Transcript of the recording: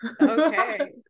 Okay